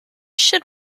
should